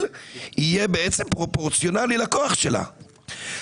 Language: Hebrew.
יהיה בעצם פרופורציונלי לכוח שלהן.